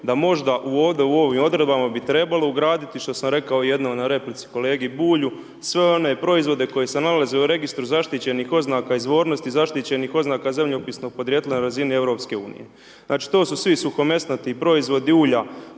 da možda u ovim odredbama bi trebalo ugraditi, što sam rekao jednom u replici kolegi Bulju, sve one proizvode, koji se nalaze u registru zaštićenih oznaka izvornosti, zaštićenih oznaka zemljopisnog podrijetla na razini EU. To su svi suhomesnati proizvodi ulja,